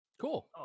cool